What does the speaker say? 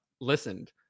listened